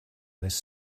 this